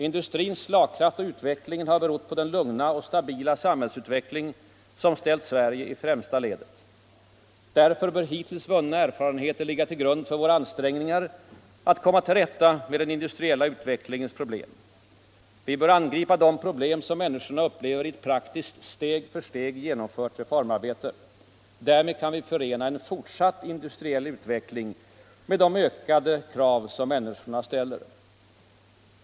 Industrins slagkraft och utveckling har berott på den lugna och stabila samhällsutveckling som ställt Sverige i främsta ledet. Därför bör hittills vunna erfarenheter ligga till grund för våra ansträngningar att komma till rätta med den industriella utvecklingens problem. Vi bör angripa de problem som människorna upplever i ett praktiskt, steg för steg genomfört reformarbete. Därmed kan vi förena en fortsatt industriell utveckling med de ijäkade krav människorna ställer.